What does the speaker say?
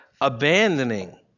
abandoning